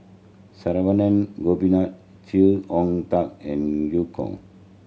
Saravanan Gopinathan Chee Hong Tat and Eu Kong